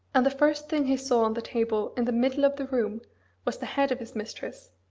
and the first thing he saw on the table in the middle of the room was the head of his mistress,